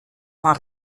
van